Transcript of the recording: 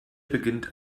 beginnt